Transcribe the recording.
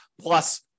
plus